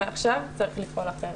מעכשיו צריך לפעול אחרת.